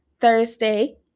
Thursday